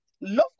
love